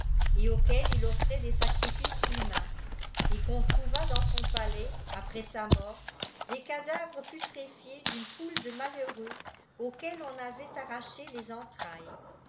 et auquel il offrait des sacrifices humains et quon trouva dans son palais après sa mort les cadavres putréuéa d'une foule de malheureux auxquels on avait arraché les en